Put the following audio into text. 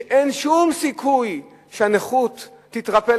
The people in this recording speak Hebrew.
שאין שום סיכוי שהנכות שלהם תתרפא,